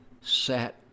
sat